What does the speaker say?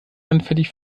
anfällig